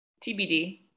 TBD